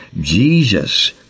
Jesus